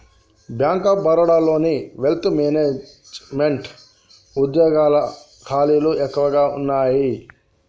bank of బరోడాలోని wealth management వుద్యోగాల ఖాళీలు ఎక్కువగా వున్నయ్యి